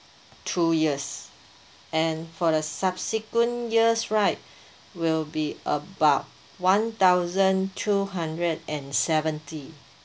two years and for the subsequent years right will be about one thousand two hundred and seventy